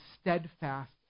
steadfast